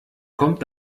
kommt